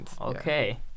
okay